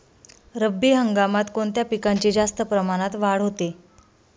रब्बी हंगामात कोणत्या पिकांची जास्त प्रमाणात वाढ होते?